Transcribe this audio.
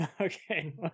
okay